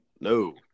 No